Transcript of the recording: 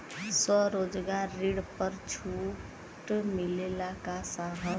स्वरोजगार ऋण पर कुछ छूट मिलेला का साहब?